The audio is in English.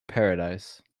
paradise